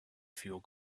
feel